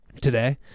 today